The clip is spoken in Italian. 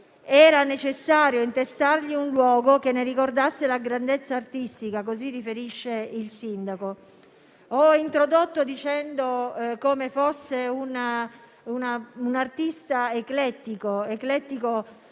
Era necessario intestargli un luogo che ne ricordasse la grandezza artistica, così riferisce il sindaco. Nella mia introduzione ho detto come fosse un artista eclettico per